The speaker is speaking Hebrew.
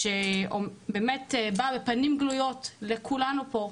שבאמת באה בפנים גלויות לכולנו פה,